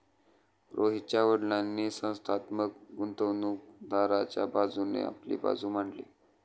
रोहितच्या वडीलांनी संस्थात्मक गुंतवणूकदाराच्या बाजूने आपली बाजू मांडली